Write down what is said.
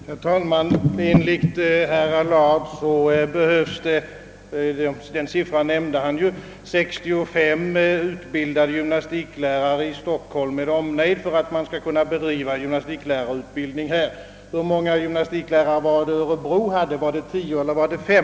Herr talman! Enligt herr Allard behövs det 65 utbildade gymnastiklärare i Stockholm med omnejd för att man där skall kunna driva gymnastiklärarutbildning. Hur många gymnastiklärare var det Örebro hade? Var det 10 eller var det 5?